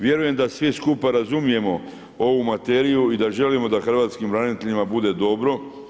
Vjerujem da svi skupa razumijemo ovu materiju i da želimo da hrvatskim braniteljima bude dobro.